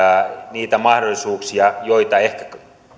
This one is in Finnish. niitä mahdollisuuksia joita ehkä